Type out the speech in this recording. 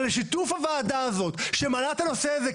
אבל לשיתוף הוועדה הזו שמעלה את הנושא הזה,